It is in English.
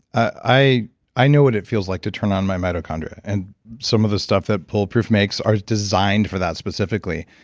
i i know what it feels like to turn on my mitochondria, and some of the stuff that bulletproof makes are designed for that specifically.